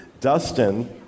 Dustin